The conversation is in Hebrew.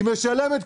היא משלמת,